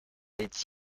est